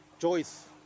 choice